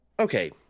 okay